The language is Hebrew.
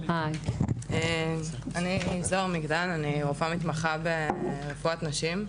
אני רופאה מתמחה ברפואת נשים.